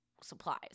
supplies